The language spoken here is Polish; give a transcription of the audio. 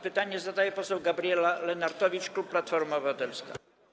Pytanie zadaje poseł Gabriela Lenartowicz, klub Platforma Obywatelska.